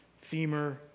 femur